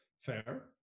fair